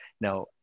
Now